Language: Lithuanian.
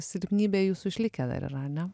silpnybė jūsų išlikę dar yra ane